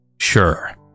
Sure